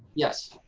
yes,